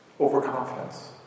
Overconfidence